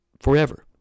Forever